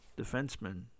defenseman